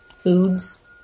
foods